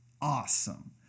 awesome